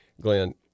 Glenn